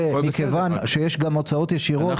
ומכיוון שיש גם הוצאות ישירות,